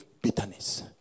bitterness